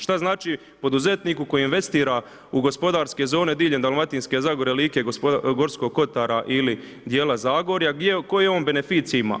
Šta znači poduzetniku koji investira u gospodarske zone diljem Dalmatinske zagore, Like, Gorskog kotara ili dijela Zagorja gdje, koje on beneficije ima?